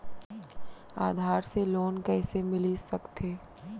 आधार से लोन कइसे मिलिस सकथे?